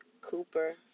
Cooper